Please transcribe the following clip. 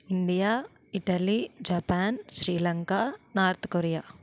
India Italy Japan Sri Lanka North Korea